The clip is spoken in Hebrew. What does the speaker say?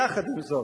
יחד עם זאת,